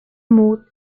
moat